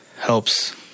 Helps